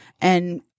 and-